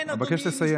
אבקש לסיים.